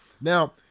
Now